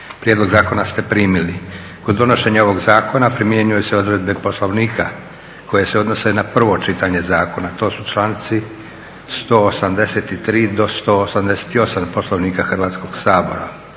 Prijedlog akta ste primili. Kod donošenja ovog zakona primjenjuju se odredbe Poslovnika koje se odnose na prvo čitanje zakona, to su članci 183.do 188. Poslovnika Hrvatskog sabora.